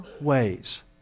ways